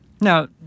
Now